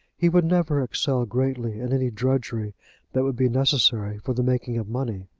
he would never excel greatly in any drudgery that would be necessary for the making of money.